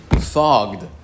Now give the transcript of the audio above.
fogged